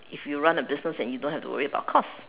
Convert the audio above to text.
if you run a business and you don't have to worry about cost